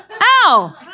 ow